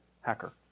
hacker